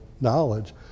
knowledge